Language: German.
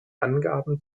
angaben